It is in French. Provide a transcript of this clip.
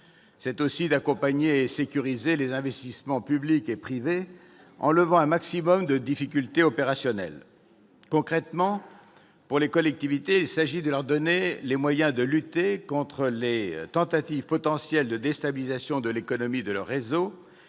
objectif d'accompagner et de sécuriser les investissements publics et privés en levant un maximum de difficultés opérationnelles. Concrètement, pour les collectivités, il s'agit de leur donner les moyens de lutter contre les tentatives potentielles de déstabilisation de l'économie de leurs réseaux